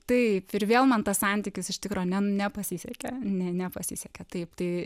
taip ir vėl man tas santykis iš tikro nen nepasisekė nepasisekė taip tai